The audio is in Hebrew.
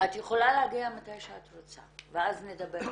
את יכולה להגיע מתי שאת רוצה, ואז נדבר בפנייך.